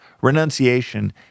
Renunciation